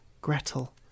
Gretel